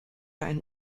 ein